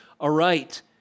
aright